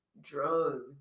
Drugs